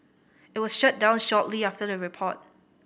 it was shut down shortly after the report